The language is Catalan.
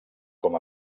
com